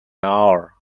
hour